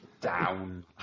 Down